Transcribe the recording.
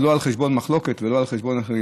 אבל לא על חשבון מחלוקת ולא על חשבון אחרים.